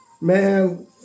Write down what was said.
man